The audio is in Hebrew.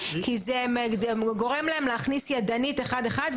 כי זה גורם להן להכניס ידנית אחד-אחד,